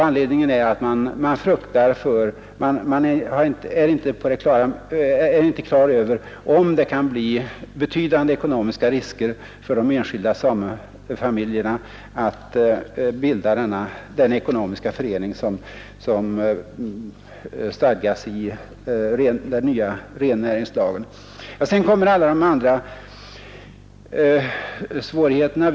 Anledningen är tydligen att man fruktar för och inte är på det klara med om det kan bli betydande ekonomiska risker för de enskilda samefamiljerna att bilda den ekonomiska förening som stadgas i den nya rennäringslagen. Sedan kommer alla de andra svårigheterna.